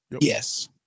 Yes